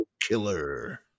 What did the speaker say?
Killer